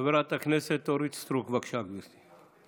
חברת הכנסת אורית סטרוק, בבקשה, גברתי.